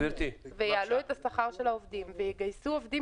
יעלו את השכר של העובדים ויגייסו עובדים